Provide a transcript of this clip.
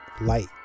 light